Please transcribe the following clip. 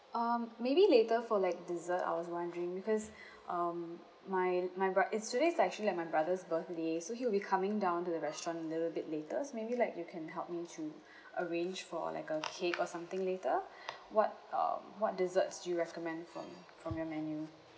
um maybe later for like dessert I was wondering because um my my bro~ it's today is actually like my brother's birthday so he'll be coming down to the restaurant a little bit later so maybe like you can help me to arrange for like a cake or something later what um what desserts do you recommend from from your menu